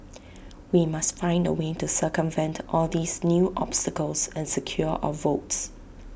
we must find A way to circumvent all these new obstacles and secure our votes